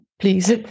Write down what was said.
please